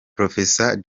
professor